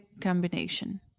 combination